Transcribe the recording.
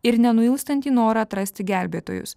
ir nenuilstantį norą atrasti gelbėtojus